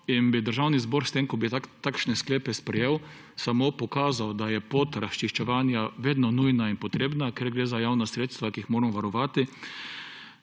Državni zbor s tem, ko bi takšne sklepe sprejel, samo pokazal, da je pot razčiščevanja vedno nujna in potrebna, ker gre za javna sredstva, ki jih moramo varovati,